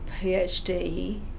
phd